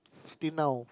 till now